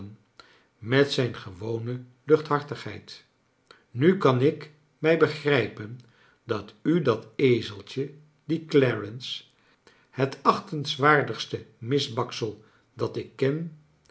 met zijn gewone luchthartigheid nn kan ik mij begrijpen dat u dat ezeltje dien clarence het achtenswaardigste misbaksel dat ik ken